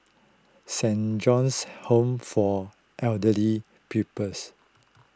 Saint John's Home for Elderly Peoples